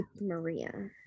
Maria